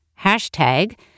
hashtag